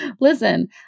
Listen